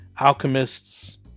alchemists